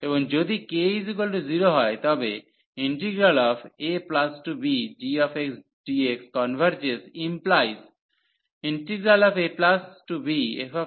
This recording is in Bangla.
এবং যদি k0 হয় তবে abgxdxconveges⟹abfxdxconveges